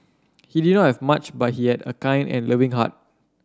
he did not have much but he had a kind and loving heart